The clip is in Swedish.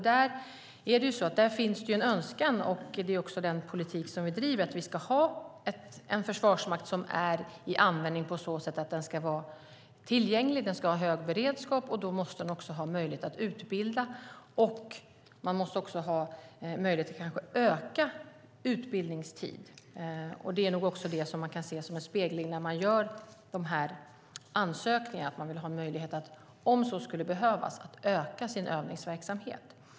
Det finns en önskan, och det är också så den politik som vi driver ser ut, att vi ska ha en försvarsmakt som är i användning på ett sådant sätt att den ska vara tillgänglig och ha hög beredskap. Då måste den ha möjlighet att utbilda, och den måste också ha möjlighet att öka utbildningstiden. Det är nog det som man kan se som en spegling i de här ansökningarna, nämligen att man vill ha en möjlighet att, om så skulle behövas, öka sin övningsverksamhet.